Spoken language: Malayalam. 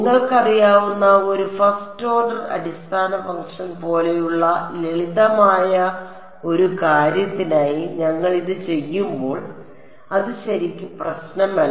നിങ്ങൾക്ക് അറിയാവുന്ന ഒരു ഫസ്റ്റ് ഓർഡർ അടിസ്ഥാന ഫംഗ്ഷൻ പോലെയുള്ള ലളിതമായ ഒരു കാര്യത്തിനായി ഞങ്ങൾ ഇത് ചെയ്യുമ്പോൾ അത് ശരിക്ക് പ്രശ്നമല്ല